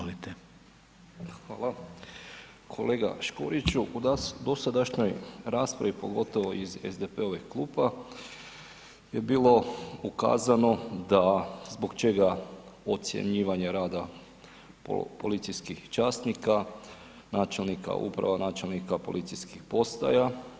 Kolega Škoriću, u dosadašnjoj raspravi, pogotovo iz SDP-ovih klupa je bilo ukazano da, zbog čega ocjenjivanje rada o policijskih časnika, načelnika uprava, načelnika policijskih postaja.